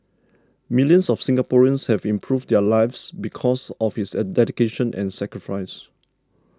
millions of Singaporeans have improved their lives because of his a dedication and sacrifice